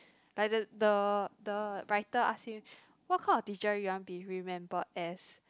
like the the the writer ask him what kind of teacher you want to be remembered as